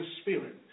spirit